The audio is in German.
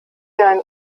ein